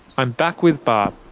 i'm back with barb,